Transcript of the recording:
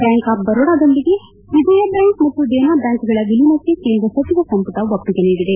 blank of ಬರೋಡಾದೊಂದಿಗೆ Vijaya bank ಮತ್ತು ದೇನಾ ಬ್ಲಾಂಕ್ಗಳ ವಿಲೀನಕ್ಕೆ ಕೇಂದ್ರ ಸಚಿವ ಸಂಪುಟ ಒಪ್ಪಿಗೆ ನೀಡಿದೆ